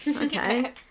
okay